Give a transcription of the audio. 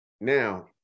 now